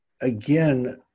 again